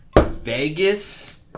Vegas